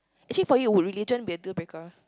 actually for you would religion be a deal breaker